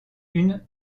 une